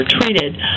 treated